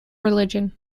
religion